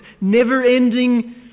never-ending